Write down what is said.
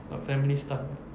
got family stuff ah